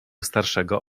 starszego